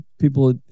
People